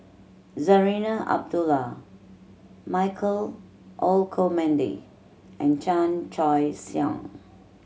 Zarinah Abdullah Michael Olcomendy and Chan Choy Siong